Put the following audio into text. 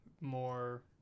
more